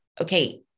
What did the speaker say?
okay